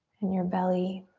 and your belly,